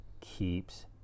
keeps